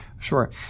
sure